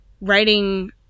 writing